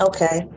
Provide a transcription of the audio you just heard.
Okay